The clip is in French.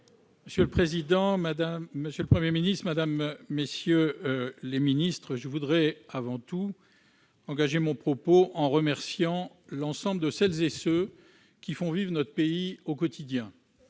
Monsieur le président, monsieur le Premier ministre, mesdames, messieurs les ministres, je voudrais commencer mon propos en remerciant l'ensemble de celles et ceux qui font vivre notre pays au quotidien,